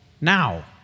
now